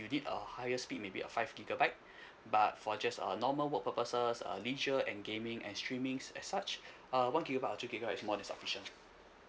you need a higher speed maybe a five gigabyte but for just uh normal work purposes uh leisure and gaming and streaming as such uh one gigabyte or two gigabyte is more than sufficient